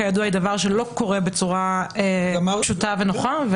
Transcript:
כידוע דבר שלא קורה בצורה פשוטה ונוחה.